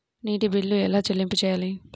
నీటి బిల్లు ఎలా చెల్లింపు చేయాలి?